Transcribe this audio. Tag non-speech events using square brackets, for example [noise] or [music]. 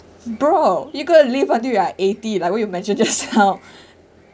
bro you could have live until we are eighty lah what you mentioned just now [laughs]